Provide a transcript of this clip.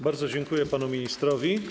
Bardzo dziękuję panu ministrowi.